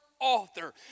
author